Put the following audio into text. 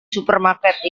supermarket